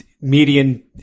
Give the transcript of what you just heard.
Median